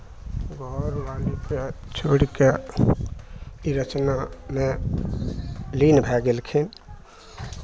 घरवालीकेँ छोड़ि कऽ ई रचनामे लीन भए गेलखिन